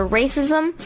racism